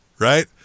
right